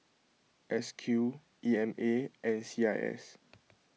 S Q E M A and C I S